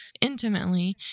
intimately